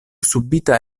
subita